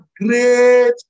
great